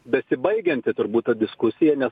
besibaigianti turbūt ta diskusija nes